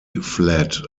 fiat